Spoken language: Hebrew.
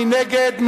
מי נגד?